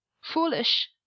foolish